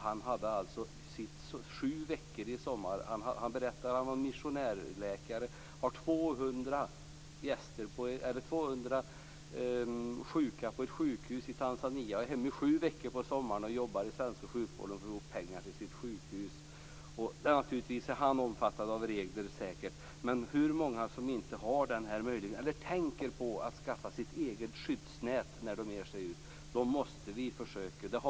Han var missionärsläkare och hade hand om 200 patienter på ett sjukhus i Tanzania. Han jobbade inom den svenska sjukvården i sju veckor på sommaren för att få ihop pengar till detta sjukhus. Han omfattades av trygghetsreglerna. Men hur många tänker på att skaffa sig ett eget skyddsnät när de ger sig ut i världen?